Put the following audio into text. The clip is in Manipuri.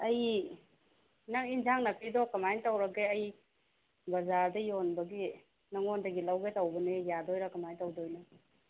ꯑꯩ ꯅꯪ ꯑꯦꯟꯁꯥꯡ ꯅꯥꯄꯤꯗꯣ ꯀꯃꯥꯏꯅ ꯇꯧꯔꯒꯦ ꯑꯩ ꯕꯖꯥꯔꯗ ꯌꯣꯟꯕꯒꯤ ꯅꯉꯣꯟꯗꯒꯤ ꯂꯧꯒꯦ ꯇꯧꯕꯅꯦ ꯌꯥꯗꯣꯏꯔ ꯀꯃꯥꯏꯅ ꯇꯧꯗꯣꯏꯅꯣ